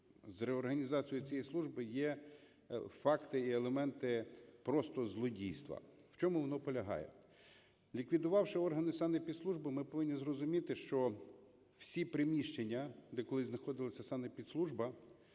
з реорганізацією цієї служби є факти і елементи просто злодійства. В чому воно полягає. Ліквідувавши органи санепідслужби, ми повинні зрозуміти, що всі приміщення, де колись знаходилась санепідслужба,